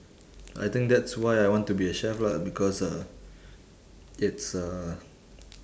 I think that's why I want to be a chef lah because uh it's uh